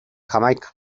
jamaica